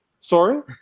Sorry